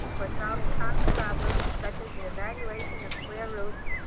for solving common problems such as the evaluation of square roots,